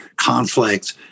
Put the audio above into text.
conflict